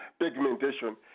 pigmentation